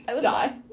die